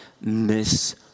miss